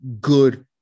good